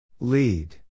Lead